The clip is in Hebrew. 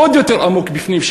עוד יותר עמוק בפנים,